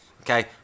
Okay